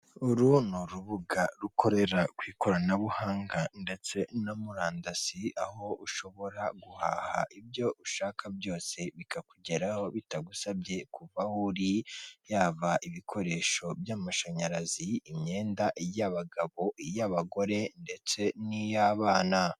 Uru ni urubuga rukorera ku ikoranabuhanga, ndetse na murandasi aho ushobora guhaha ibyo ushaka byose bikakugeraho bitagusabye kuva aho uri, yaba ibikoresho by'amashanyarazi, imyenda y'abagabo, iy'abagore, ndetse n'iy'abana.